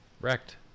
wrecked